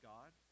God